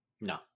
No